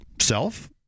Self